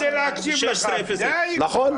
די.